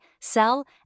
sell